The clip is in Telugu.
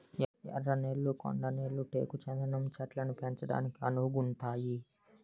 ఎర్ర నేళ్లు కొండ నేళ్లు టేకు చందనం చెట్లను పెంచడానికి అనువుగుంతాయి